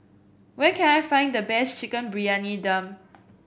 where can I find the best Chicken Briyani Dum